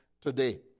today